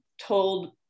told